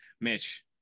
Mitch